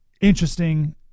interesting